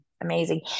amazing